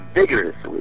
vigorously